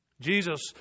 Jesus